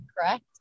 correct